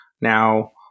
Now